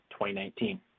2019